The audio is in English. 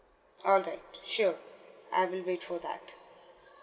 all right sure I will wait for that